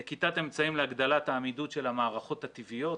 נקיטת אמצעים להגדלת העמידות של המערכות הטבעיות,